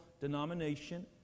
denomination